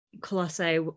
Colossae